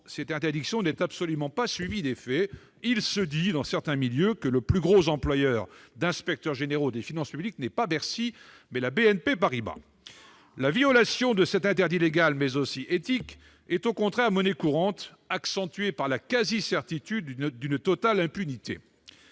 cette interdiction n'est absolument pas suivie d'effets. Il se dit dans certains milieux que le plus gros employeur d'inspecteurs généraux des finances publiques est non pas Bercy, mais BNP Paribas ... La violation de cet interdit légal, mais aussi éthique, est monnaie courante, accentuée par la quasi-certitude d'une totale impunité.